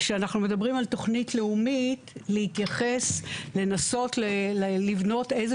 כשאנחנו מדברים על תכנית לאומית לנסות לבנות איזה